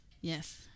Yes